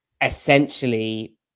essentially